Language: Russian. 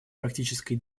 практической